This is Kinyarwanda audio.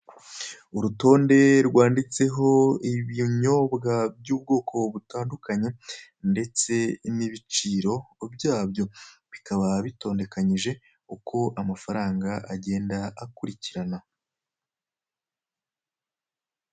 Urutonde rwanditseho ibinyobwa by'ubwoko butandukanye ndetse n'ibiciro byabyo, bikaba bitondekanyije uko amafaranga agenda akurikirana.